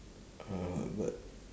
uh but